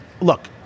Look